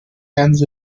ends